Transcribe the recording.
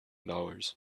dollars